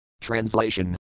Translation